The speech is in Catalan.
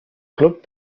club